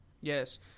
Yes